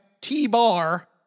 T-Bar